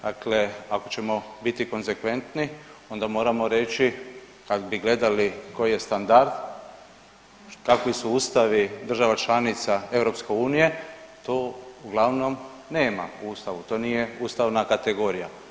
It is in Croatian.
Dakle, ako ćemo biti konzekventni onda moramo reći kad bi gledali koji je standard, kakvi su ustavi država članica EU to uglavnom nema u ustavu, to nije ustavna kategorija.